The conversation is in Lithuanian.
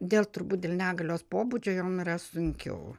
dėl turbūt dėl negalios pobūdžio jom yra sunkiau